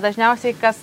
dažniausiai kas